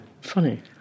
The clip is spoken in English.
Funny